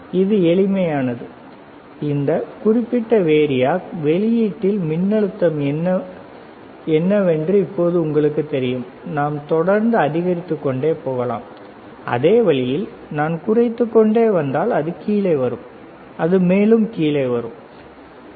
இது எளிதானது மிகவும் எளிதானது இந்த குறிப்பிட்ட வேரியாக் வெளியீட்டில் மின்னழுத்தம் என்னவென்று இப்போது உங்களுக்குத் தெரியும் நாம் தொடர்ந்து அதிகரித்துக்கொண்டே போகலாம் அதே வழியில் நான் குறைந்து கொண்டே இருந்தால் அது கீழே வரும் அது கீழே வரும் அது இன்னும் கீழே வரும் அதே வழியில்